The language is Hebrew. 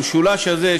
המשולש הזה,